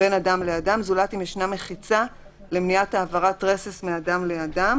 בין אדם לאדם זולת אם ישנה מחיצה למניעת העברת רסס מאדם לאדם,